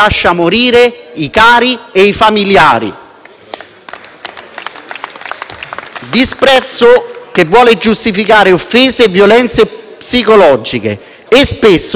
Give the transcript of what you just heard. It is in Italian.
Disprezzo che vuole giustificare offese e violenze psicologiche e spesso il mezzo di tale disprezzo è il telefonino,